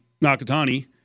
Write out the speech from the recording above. Nakatani